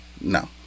no